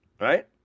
Right